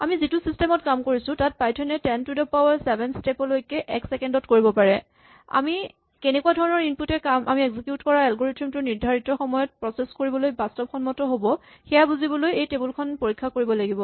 আমি যিটো ছিষ্টেম ত কাম কৰিছো তাত পাইথন এ ten to the power seven step লৈকে এক ছেকেণ্ড ত কৰিব পাৰে আমি কেনেকুৱা ধৰণৰ ইনপুট এ আমি এক্সিকিউট কৰা এলগৰিথম টো নিৰ্দ্ধাৰিত সময়ত প্ৰছেচ কৰিবলৈ বাস্তৱ সন্মত হ'ব সেয়া বুজিবলৈ এই টেবুল খন পৰীক্ষা কৰিব লাগিব